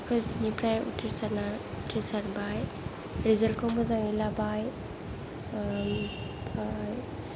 थाखो जिनिफ्राय उथ्रिसारना उथ्रिसारबाय रिजाल्ट खौ मोजाङै लाबाय ओमफ्राय